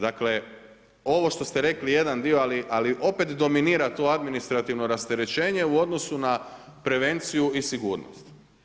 Dakle, ovo što ste rekli jedan dio, ali opet dominira tu administrativno rasterećenje u odnosu na prevenciju i sigurnost.